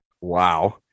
Wow